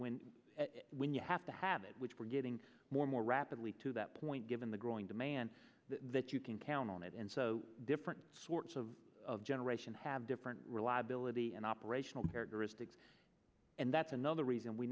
when when you have to have it which we're getting more more rapidly to that point given the growing demand that you can count on it and so different sorts of generation have different reliability and operational characteristics and that's another reason we